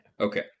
Okay